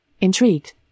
Intrigued